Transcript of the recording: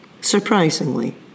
surprisingly